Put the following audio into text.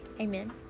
Amen